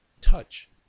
touch